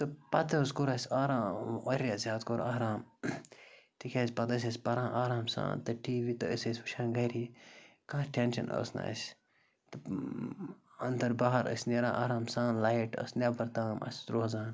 تہٕ پَتہٕ حظ کوٚر اَسہِ آرام واریاہ زیادٕ کوٚر آرام تِکیٛازِ پَتہٕ ٲسۍ أسۍ پَران آرام سان تہٕ ٹی وی تہٕ ٲسۍ أسۍ وٕچھان گَری کانٛہہ ٹٮ۪نشَن اوس نہٕ اَسہِ تہٕ اَندَر باہَر ٲسۍ نیران آرام سان لایِٹ ٲس نٮ۪بَر تام اَسہِ روزان